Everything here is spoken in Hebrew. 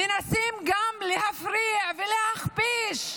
מנסים גם להפריע ולהכפיש.